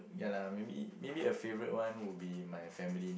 ya lah maybe maybe a favourite one will be my family